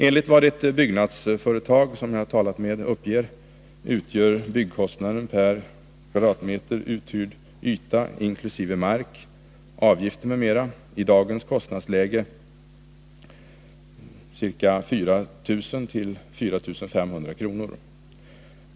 Enligt vad ett byggnadsföretag uppger är byggkostnaden per kvadratmeter uthyrd yta inkl. mark, avgifter m.m. i dagens kostnadsläge 4 000—4 500 kr.